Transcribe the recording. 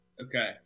Okay